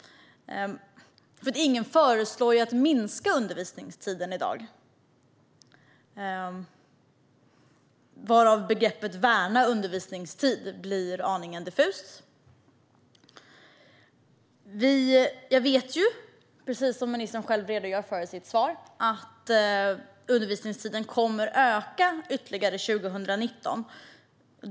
Ingen föreslår att minska undervisningstiden i dag, varför begreppet att värna om undervisningstid blir aningen diffust. Jag vet, precis som ministern själv redogjorde för i sitt svar, att undervisningstiden kommer att öka ytterligare 2019.